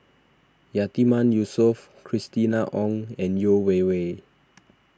Yatiman Yusof Christina Ong and Yeo Wei Wei